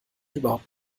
überhaupt